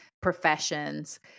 professions